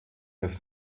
des